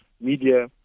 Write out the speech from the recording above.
media